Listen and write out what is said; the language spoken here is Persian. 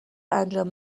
انجام